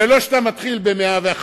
זה לא כמו כשאתה מתחיל ב-105%,